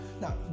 now